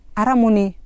aramuni